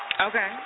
Okay